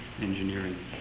engineering